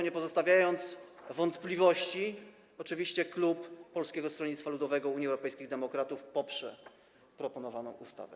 Nie pozostawiając wątpliwości, oczywiście klub Polskiego Stronnictwa Ludowego - Unii Europejskich Demokratów poprze proponowaną ustawę.